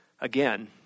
Again